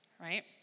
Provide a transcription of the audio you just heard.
right